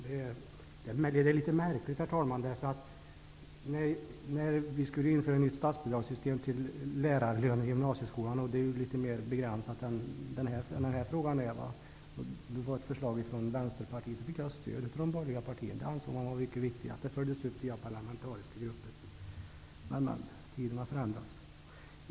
Det är litet märkligt, herr talman, därför att när frågan om att ett nytt statsbidragssystem för lärarlöner i gymnasieskolan skulle införas, vilken är mer begränsad än den här frågan -- det var ett förslag från Vänsterpartiet -- fick vi stöd av de borgerliga partierna. De ansåg att det var viktigt att frågan följdes upp via parlamentariska grupper. Men, men, tiderna förändras.